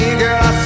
girl